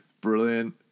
brilliant